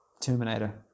terminator